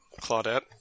Claudette